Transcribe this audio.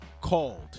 called